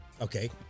Okay